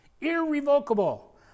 irrevocable